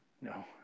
No